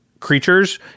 Creatures